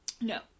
No